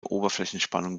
oberflächenspannung